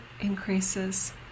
increases